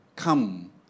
Come